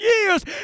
years